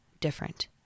different